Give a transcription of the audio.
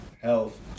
health